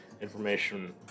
information